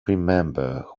remember